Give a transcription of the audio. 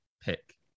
pick